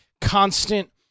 constant